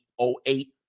2008